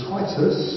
Titus